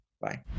Bye